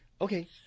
Okay